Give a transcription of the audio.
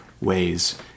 ways